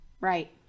Right